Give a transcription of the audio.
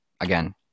Again